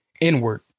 inward